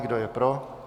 Kdo je pro?